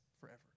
forever